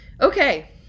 okay